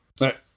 right